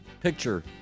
picture